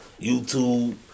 YouTube